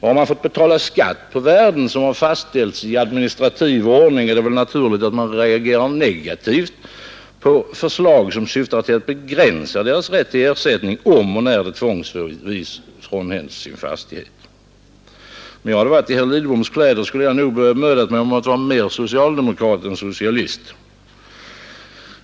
Har man fått betala skatt på värden som fastställts i administrativ ordning, är det väl naturligt att man reagerar negativt på förslag som syftar till att begränsa ens rätt till ersättning om och när man tvångsvis frånhänds sin fastighet. Om jag hade varit i herr Lidboms kläder skulle jag nog ha bemödat mig om att vara mer socialdemokrat än socialist.